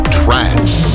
trance